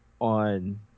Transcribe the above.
on